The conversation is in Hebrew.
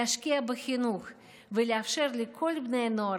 להשקיע בחינוך ולאפשר לכל בני נוער